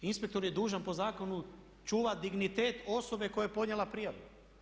Inspektor je dužan po zakonu čuvati dignitet osobe koja je podnijela prijavu.